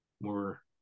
more